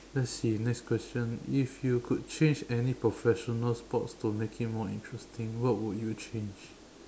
let's see next question if you could change any professional sports to make you more interesting what would you change